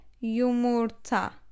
yumurta